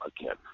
again